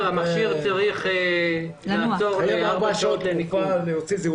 צריך לעצור לארבע שעות לניקוי.